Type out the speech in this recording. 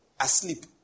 asleep